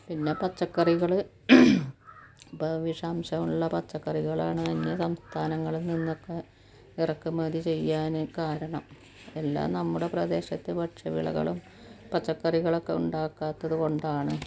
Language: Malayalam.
പിന്നെ പച്ചക്കറികള് ഇപ്പോള് വിഷാംശമുള്ള പച്ചക്കറികളാണ് അന്യ സംസ്ഥാനങ്ങളില് നിന്നൊക്കെ ഇറക്കുമതി ചെയ്യാന് കാരണം എല്ലാം നമ്മുടെ പ്രദേശത്ത് ഭക്ഷ്യവിളകളും പച്ചക്കറികളൊക്കെ ഉണ്ടാക്കാത്തതുകൊണ്ടാണ്